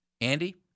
Andy